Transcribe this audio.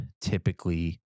typically